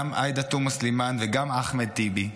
גם עאידה תומא סלימאן וגם אחמד טיבי.